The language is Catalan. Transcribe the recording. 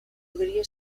podria